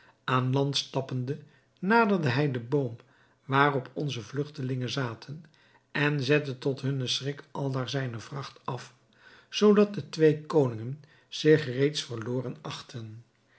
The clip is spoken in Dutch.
aan land stappende naderde hij den boom waarop onze vlugtelingen zaten en zette tot hunnen schrik aldaar zijne vracht af zoodat de twee koningen zich reeds verloren achtten